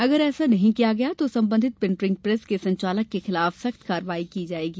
अगर ऐसा नहीं किया तो संबंधित प्रिंटिंग प्रेस के संचालक के खिलाफ सख्त कार्रवाई की जायेगी